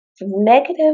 negative